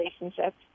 relationships